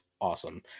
awesome